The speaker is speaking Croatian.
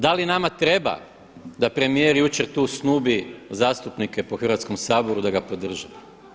Da li nama treba da premijer jučer tu snubi zastupnike po Hrvatskom saboru da ga podrže?